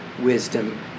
wisdom